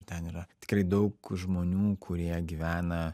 ten yra tikrai daug žmonių kurie gyvena